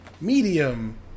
medium